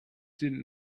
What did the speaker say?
didn’t